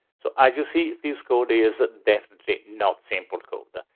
so as you see, this code is definitely not simple code.